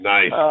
Nice